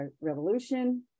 revolution